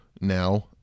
now